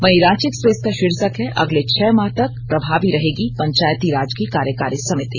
वहीं रांची एक्सप्रेस का शीर्षक है अगले छह माह तक प्रभावी रहेगी पंचायती राज की कार्यकारी समिति